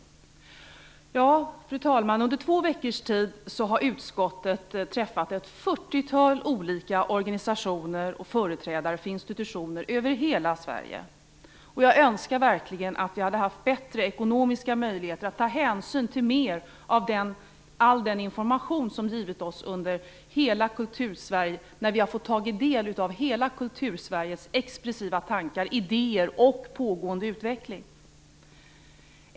Fru talman! Under två veckors tid har utskottet träffat ett fyrtiotal olika organisationer och företrädare för institutioner över hela Sverige. Jag önskar verkligen att vi hade haft bättre ekonomiska möjligheter att ta hänsyn till mer av all den information som givits oss då vi har fått ta del av hela Kultursveriges expressiva tankar, idéer och pågående utveckling.